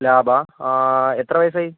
ലാബാ എത്ര വയസ്സായി